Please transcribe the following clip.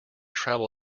travel